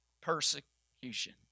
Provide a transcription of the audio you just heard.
persecution